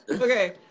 Okay